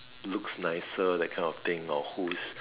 looks nicer that kind of thing or who's